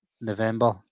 November